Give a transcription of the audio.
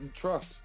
trust